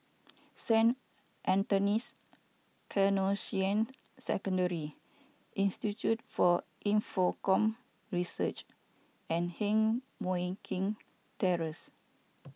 Saint Anthony's Canossian Secondary Institute for Infocomm Research and Heng Mui Keng Terrace